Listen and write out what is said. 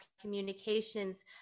communications